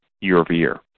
year-over-year